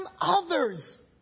others